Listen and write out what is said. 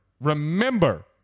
remember